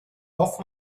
off